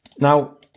now